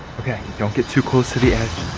okay don't get too close to the edge.